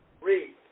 Read